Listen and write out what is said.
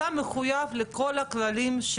אנונימית בטלפונים, הם לא מוכנים להגיע לפה.